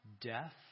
Death